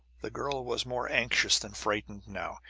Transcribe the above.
the girl was more anxious than frightened now.